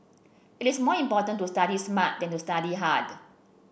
it is more important to study smart than to study hard